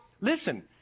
listen